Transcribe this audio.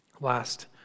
Last